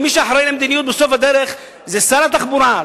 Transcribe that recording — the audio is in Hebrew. ומי שאחראי למדיניות בסוף הדרך זה שר התחבורה,